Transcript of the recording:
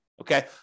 okay